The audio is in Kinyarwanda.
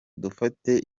dufate